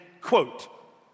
quote